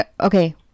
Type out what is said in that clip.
Okay